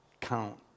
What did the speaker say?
count